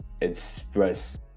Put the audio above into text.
express